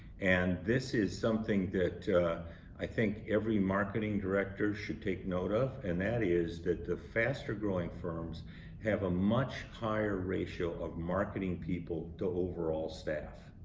and this is something that i think every marketing director should take note of and that is that the faster growing firms have a much higher ratio of marketing people to overall staff.